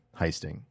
heisting